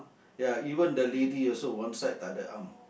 ya even the lady also one side takde arm